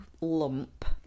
lump